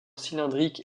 cylindrique